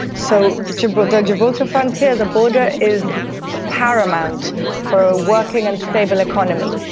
so the gibraltar gibraltar frontier, the border is paramount for a working and stable economy.